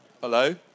hello